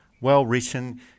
Well-written